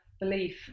belief